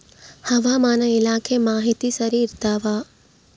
ಹವಾಮಾನ ಇಲಾಖೆ ಮಾಹಿತಿ ಸರಿ ಇರ್ತವ?